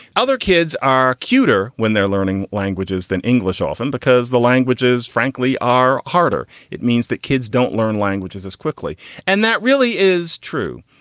other kids are cuter when they're learning languages than english, often because the languages, frankly, are harder. it means that kids don't learn languages as quickly and that really is true.